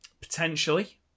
potentially